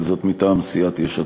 וזאת מטעם סיעת יש עתיד.